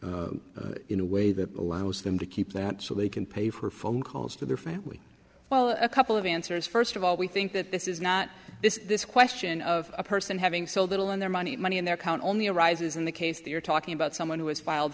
ambiguity in a way that allows them to keep that so they can pay for phone calls to their family well a couple of answers first of all we think that this is not this this question of a person having so little in their money money in their count only arises in the case they are talking about someone who has filed